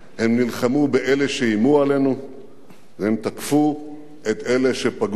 הן נלחמו באלה שאיימו עלינו והן תקפו את אלה שפגעו בנו.